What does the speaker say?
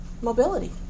mobility